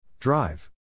Drive